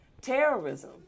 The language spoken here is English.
terrorism